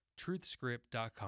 Truthscript.com